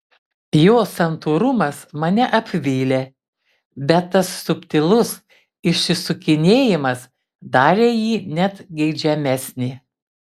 jo santūrumas mane apvylė bet tas subtilus išsisukinėjimas darė jį net geidžiamesnį